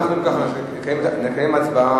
אנחנו מקיימים הצבעה.